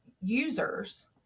users